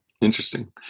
Interesting